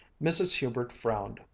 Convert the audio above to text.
mrs. hubert frowned,